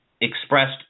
expressed